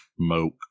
smoke